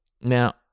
now